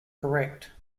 correct